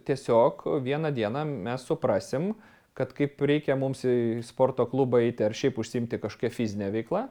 tiesiog vieną dieną mes suprasim kad kaip reikia mums į sporto klubą eiti ar šiaip užsiimti kažkokia fizine veikla